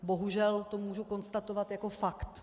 Bohužel to můžu konstatovat jako fakt.